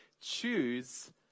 choose